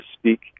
speak